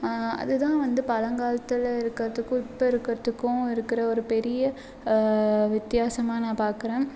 அது தான் வந்து பழங்காலத்தில் இருக்கிறத்துக்கும் இப்போ இருக்கிறத்துக்கும் இருக்கிற ஒரு பெரிய வித்தியாசமாக நான் பார்க்கறேன்